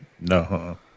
No